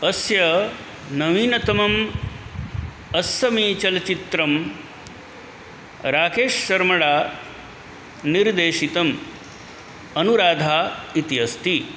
अस्य नवीनतमम् अस्समीचलच्चित्रं राकेश् शर्मणा निर्देशितम् अनुराधा इति अस्ति